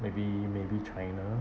maybe maybe china